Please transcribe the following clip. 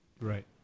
right